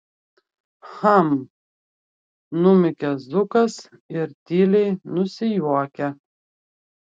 hm numykia zukas ir tyliai nusijuokia